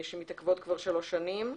שמתעכבות כבר שלוש שנים.